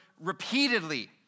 repeatedly